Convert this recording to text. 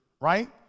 right